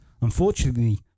Unfortunately